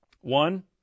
One